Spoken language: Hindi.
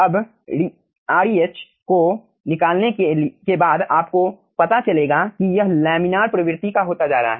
अब Reh को निकालने के बाद आपको पता चलेगा कि यह लैमिनार प्रवृत्ति का होता जा रहा है